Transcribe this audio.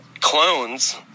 clones